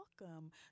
welcome